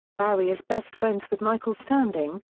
barry is best friends with michael standing,